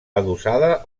adossada